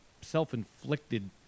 self-inflicted